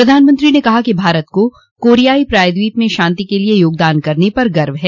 प्रधानमंत्री ने कहा कि भारत को कोरियाई प्रायद्वीप में शांति के लिए योगदान करने पर गर्व है